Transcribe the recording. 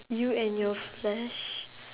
you and your flash